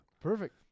Perfect